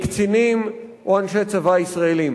מקצינים או אנשי צבא ישראלים.